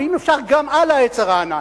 ואם אפשר גם על העץ הרענן.